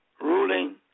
ruling